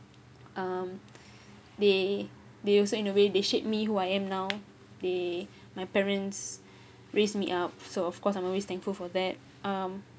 um they they also in a way they shape me who I am now they my parents raised me up so of course I'm always thankful for that um